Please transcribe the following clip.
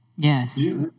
Yes